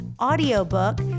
audiobook